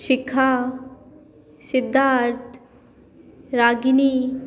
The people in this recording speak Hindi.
शिखा सिद्धार्थ रागिनी